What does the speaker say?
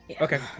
Okay